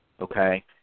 okay